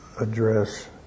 address